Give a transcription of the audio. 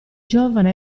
giovane